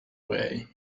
way